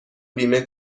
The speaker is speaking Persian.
بیمه